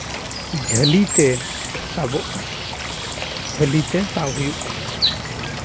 ᱡᱷᱟᱹᱞᱤᱛᱮ ᱥᱟᱵᱚᱜ ᱠᱟᱱᱟ ᱡᱷᱟᱹᱞᱤ ᱛᱮ ᱥᱟᱵ ᱦᱩᱭᱩᱜ ᱠᱟᱱᱟ